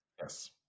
Yes